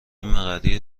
مقرری